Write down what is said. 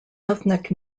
ethnic